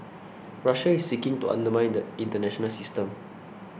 Russia is seeking to undermine the international system